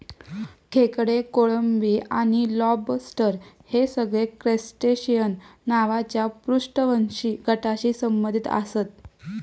खेकडे, कोळंबी आणि लॉबस्टर हे सगळे क्रस्टेशिअन नावाच्या अपृष्ठवंशी गटाशी संबंधित आसत